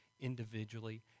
individually